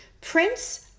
Prince